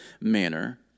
manner